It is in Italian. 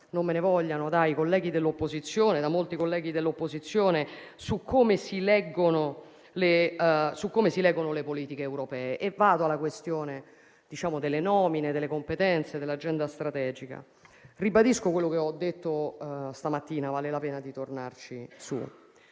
dire da molti colleghi dell'opposizione - non me ne vogliano - su come si leggono le politiche europee. Vado alla questione delle nomine, delle competenze e dell'agenda strategica. Ribadisco quello che ho detto stamattina, vale la pena di tornarci su.